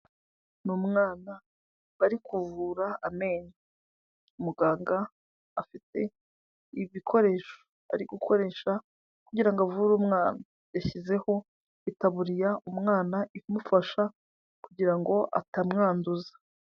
Ni umwana bari kuvura amenyo, muganga afite ibikoresho, ari gukoresha kugira ngo avure umwana, yashyizeho itaburiya umwana imufasha kugira ngo atamwanduza.